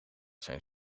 zijn